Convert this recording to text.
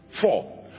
Four